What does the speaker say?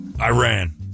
Iran